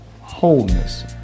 wholeness